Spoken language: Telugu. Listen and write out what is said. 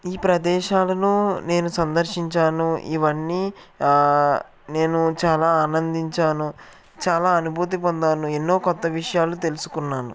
ఈ ప్రదేశాలను నేను సందర్శించాను ఇవన్నీ నేను చాలా ఆనందించాను చాలా అనుభూతి పొందాను ఎన్నో కొత్త విషయాలు తెలుసుకున్నాను